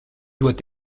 doit